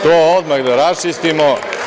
To odmah da raščistimo.